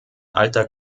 alter